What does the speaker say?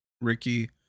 Ricky